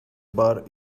bar